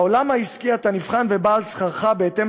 בעולם העסקי אתה נבחן ובא על שכרך בהתאם